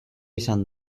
izan